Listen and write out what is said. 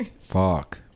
Fuck